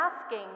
asking